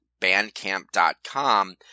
bandcamp.com